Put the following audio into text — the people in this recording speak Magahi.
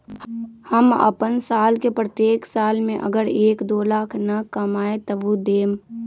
हम अपन साल के प्रत्येक साल मे अगर एक, दो लाख न कमाये तवु देम?